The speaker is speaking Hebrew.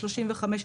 35,